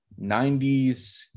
90s